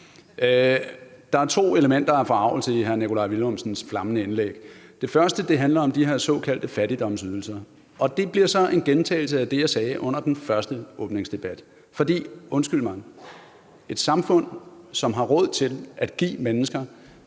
Der er to elementer af forargelse i hr. Nikolaj Villumsens flammende indlæg. Det første handler om de her såkaldte fattigdomsydelser. Og det bliver så en gentagelse af det, jeg sagde under åbningsdebatten, fordi – undskyld mig – et samfund, som har råd til at give to voksne